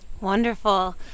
wonderful